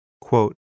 Quote